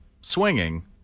swinging